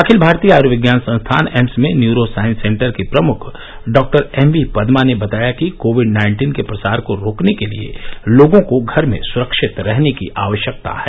अखिल भारतीय आयुर्विज्ञान संस्थान एम्स में न्यूरो साइस सेंटर की प्रमुख डॉ एम वी पदमा ने बताया कि कोविड नाइन्टीन के प्रसार को रोकने के लिए लोगों को घर में स्रक्षित रहने की आवश्यकता है